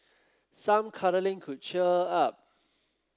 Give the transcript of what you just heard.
some cuddling could cheer her up